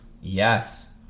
Yes